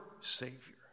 Savior